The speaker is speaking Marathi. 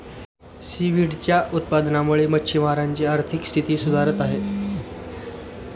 सीव्हीडच्या उत्पादनामुळे मच्छिमारांची आर्थिक स्थिती सुधारत आहे